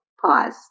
Pause